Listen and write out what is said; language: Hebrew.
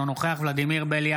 אינו נוכח ולדימיר בליאק,